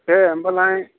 दे होमब्लालाय